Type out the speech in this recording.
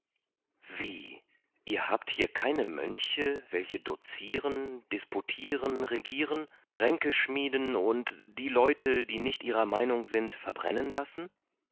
wie ihr habt keine mönche welche dociren disputiren regieren ränke schmieden und die leute die nicht ihrer meinung sind verbrennen lassen